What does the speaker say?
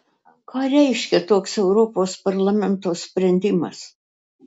ką reiškia toks europos parlamento sprendimas